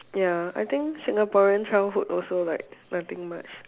ya I think Singaporean childhood also like nothing much